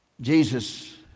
Jesus